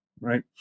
right